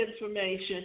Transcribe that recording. information